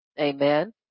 amen